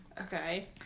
Okay